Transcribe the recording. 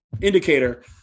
indicator